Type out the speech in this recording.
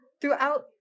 Throughout